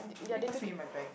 can you pass me my bag